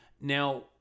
Now